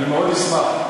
מאוד אשמח.